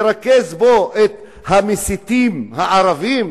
לרכז בו את המסיתים הערבים,